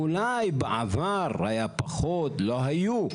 אולי בעבר היה פחות, לא היו,